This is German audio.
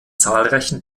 zahlreichen